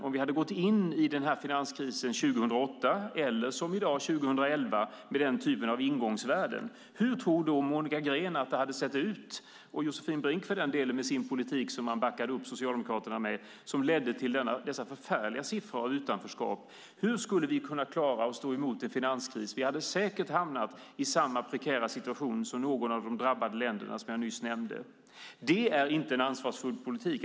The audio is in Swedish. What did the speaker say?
Om vi hade gått in i finanskrisen 2008 eller som i dag 2011 med den typen av ingångsvärden, hur tror då Monica Green att det hade sett ut? Det gäller för den delen också Josefin Brink, med den politik som man backade upp Socialdemokraterna med. Den ledde till dessa förfärliga siffror för utanförskap. Hur hade vi klarat att stå emot en finanskris? Vi hade säkert hamnat i samma prekära situation som någon av de drabbade länderna som jag nyss nämnde. Det är inte en ansvarsfull politik.